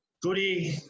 Goody